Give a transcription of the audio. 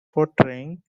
portraying